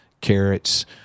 carrots